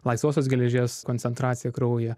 laisvosios geležies koncentraciją kraujyje